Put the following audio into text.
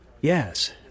Yes